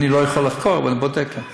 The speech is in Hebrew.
אני לא יכול לחקור אבל אני בודק, כן.